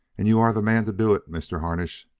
and you are the man to do it, mr. harnish.